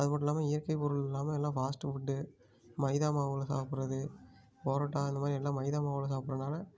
அதுமட்டும் இல்லாமல் இயற்கை பொருள் இல்லாமல் எல்லாம் ஃபாஸ்ட்டு ஃபுட்டு மைதா மாவில் சாப்பிட்றது புரோட்டா அந்த மாதிரி எல்லாம் மைதா மாவில் சாப்புட்றதுனால